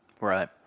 Right